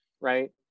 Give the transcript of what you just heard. right